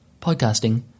Podcasting